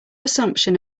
assumption